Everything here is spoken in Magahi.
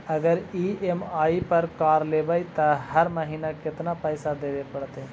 अगर ई.एम.आई पर कार लेबै त हर महिना केतना पैसा देबे पड़तै?